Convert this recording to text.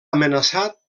amenaçat